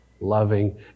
loving